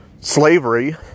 Slavery